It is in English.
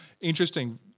Interesting